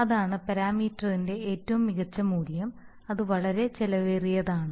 അതാണ് പാരാമീറ്ററിന്റെ ഏറ്റവും മികച്ച മൂല്യം അത് വളരെ ചെലവേറിയതാണ്